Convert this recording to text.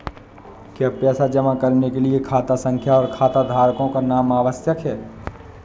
क्या पैसा जमा करने के लिए खाता संख्या और खाताधारकों का नाम आवश्यक है?